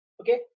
Okay